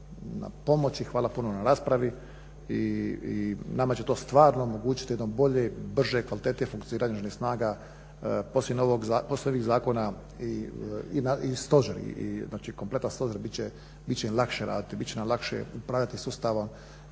hvala puno na raspravi. I nama će to stvarno omogućiti jednom boljem, bržem, kvalitetnijem funkcioniranju Oružanih snaga poslije ovih zakona. I stožer, znači i kompletan stožer biti će im lakše raditi, biti će nam lakše upravljati sustavom